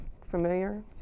familiar